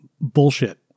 Bullshit